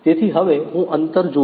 તેથી હવે હું અંતર જોઉં છું